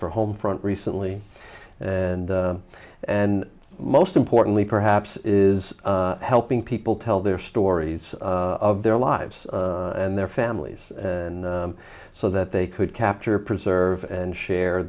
for home front recently and and most importantly perhaps is helping people tell their stories of their lives and their families and so that they could capture preserve and share